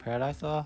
paradise lor